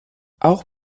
auch